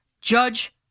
Judge